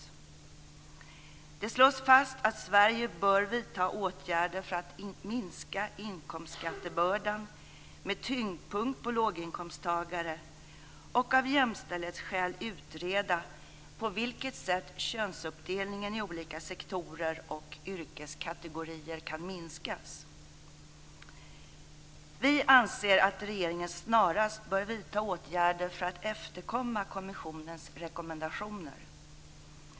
Det slås fast att Sverige bör vidta åtgärder för att minska inkomstskattebördan med tyngdpunkt på låginkomsttagare och av jämställdhetsskäl utreda på vilket sätt könsuppdelningen i olika sektorer och yrkeskategorier kan minskas. Vi anser att regeringen snarast bör vidta åtgärder för att efterkomma kommissionens rekommendationer.